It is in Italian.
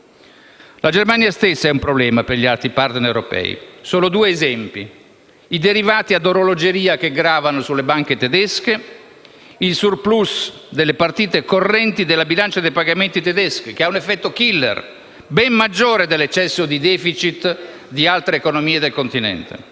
La Germania stessa è un problema per gli altri *partner* europei. Cito solo due esempi: i derivati ad orologeria che gravano sulle banche tedesche e il *surplus* delle partite correnti della bilancia dei pagamenti tedesca, che ha un effetto *killer*, ben maggiore dell'eccesso di *deficit* di altre economie del Continente.